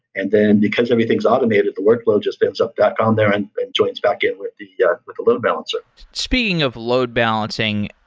and then because everything's automated, the workload just spins up back down there and joins back in with the yeah like load balancer speaking of load balancing,